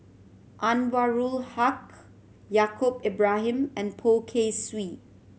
Anwarul Haque Yaacob Ibrahim and Poh Kay Swee